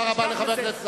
תודה רבה לחבר הכנסת